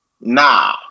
Nah